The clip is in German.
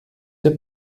der